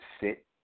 sit